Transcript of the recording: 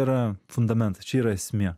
yra fundamentas čia yra esmė